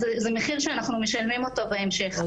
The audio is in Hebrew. אז זה מחיר שאנחנו משלמים אותו בהמשך.